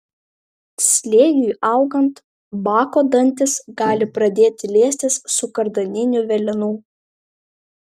slėgiui augant bako dangtis gali pradėti liestis su kardaniniu velenu